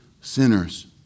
sinners